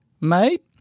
mate